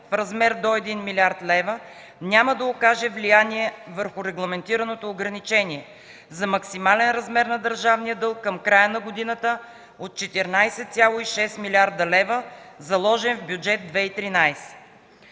в размер до 1,0 млрд. лв. няма да окаже влияние върху регламентираното ограничение за максималния размер на държавния дълг към края на годината от 14,6 млрд. лв., заложен в Бюджет 2013.